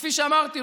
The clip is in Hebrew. וכפי שאמרתי,